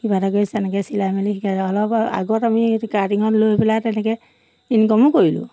কিবা এটা কৰি এনেকৈ চিলাই মেলি শিকাই অলপ আগত আমি কাৰ্টিঙত লৈ পেলাই তেনেকৈ ইনকমো কৰিলোঁ